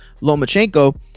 lomachenko